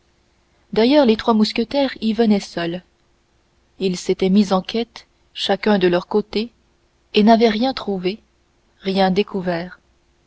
d'ailleurs les trois mousquetaires y venaient seuls ils s'étaient mis en quête chacun de son côté et n'avaient rien trouvé rien découvert